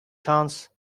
chance